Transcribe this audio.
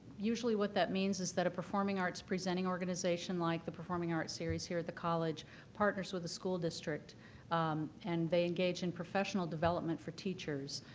usually what that means is that a performing arts presenting organization like the performing arts series here at the college partners with a school district and they engage in professional development for teachers.